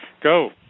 Go